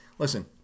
Listen